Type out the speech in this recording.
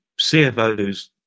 CFOs